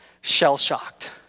shell-shocked